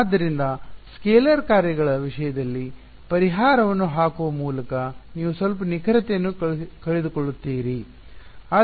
ಆದ್ದರಿಂದ ಸ್ಕೇಲಾರ್ ಕಾರ್ಯಗಳ ವಿಷಯದಲ್ಲಿ ಪರಿಹಾರವನ್ನು ಹಾಕುವ ಮೂಲಕ ನೀವು ಸ್ವಲ್ಪ ನಿಖರತೆಯನ್ನು ಕಳೆದುಕೊಳ್ಳುತ್ತೀರಿ